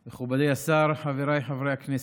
אדוני היושב-ראש, מכובדי השר, חבריי חברי הכנסת,